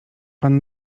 pan